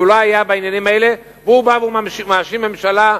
שהוא לא היה בעניינים האלה והוא בא ומאשים ממשלה,